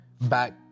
back